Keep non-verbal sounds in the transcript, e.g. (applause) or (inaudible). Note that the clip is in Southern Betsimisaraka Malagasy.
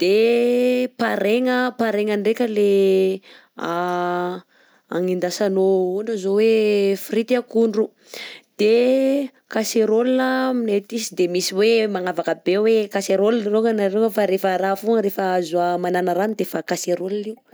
de parein a parein ndreka le (hesitation) agnendasanao ohatra zao hoe frite akondro, de casserole amineh aty tsy de misy hoe magnavaka be hoe casserole raogna na iraogna fa rehefa raha fogna rehefa azo hamanana rano de efa casserole io.